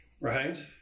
right